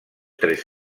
tres